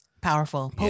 Powerful